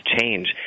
change